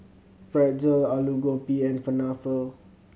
Pretzel Alu Gobi and Falafel